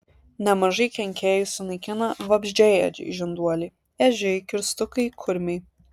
nemažai kenkėjų sunaikina vabzdžiaėdžiai žinduoliai ežiai kirstukai kurmiai